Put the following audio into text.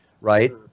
right